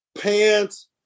pants